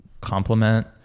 complement